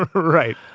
right.